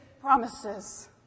promises